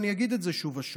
ואני אגיד את זה שוב ושוב: